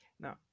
Now